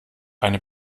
eine